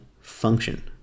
function